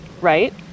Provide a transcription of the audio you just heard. right